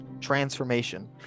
transformation